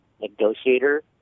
negotiator